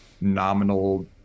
nominal